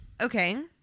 Okay